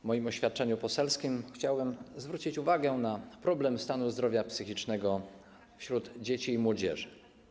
W moim oświadczeniu poselskim chciałem zwrócić uwagę na problem stanu zdrowia psychicznego wśród dzieci i młodzieży.